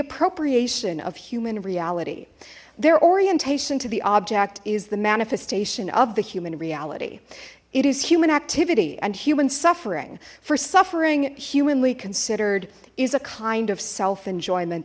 appropriation of human reality their orientation to the object is the manifestation of the human reality it is human activity and human suffering for suffering humanely considered is a kind of self enjoyment